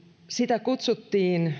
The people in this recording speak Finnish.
sitä tuli kutsutuksi